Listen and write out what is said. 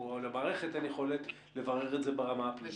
או למערכת אין יכולת לברר את זה ברמה הפלילית.